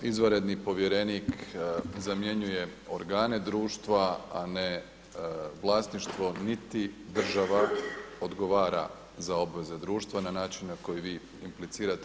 Izvanredni povjerenik zamjenjuje organe društva a ne vlasništvo, niti država odgovara za obveze društva na način na koji vi implicirate.